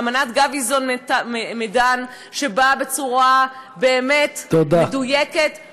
אמנת גביזון-מדן, שבאה בצורה באמת מדויקת, תודה.